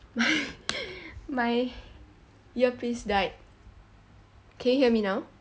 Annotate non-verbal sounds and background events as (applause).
my (laughs) my earpiece died can you hear me now